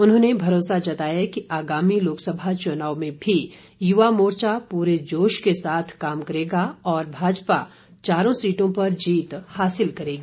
उन्होंने भरोसा जताया कि आगामी लोकसभा चुनाव में भी युवा मोर्चा पूरे जोश के साथ कार्य करेगा और भाजपा चारों सीटों पर जीत हासिल करेगी